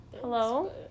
Hello